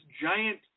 giant